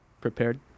prepared